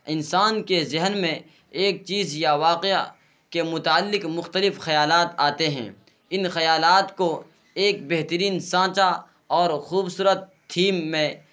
انسان کے ذہن میں ایک چیز یا واقعہ کے متعلق مختلف خیالات آتے ہیں ان خیالات کو ایک بہترین سانچہ اور خوبصورت تھیم میں